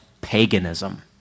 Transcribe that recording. paganism